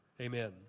Amen